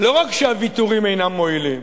לא רק שהוויתורים אינם מועילים,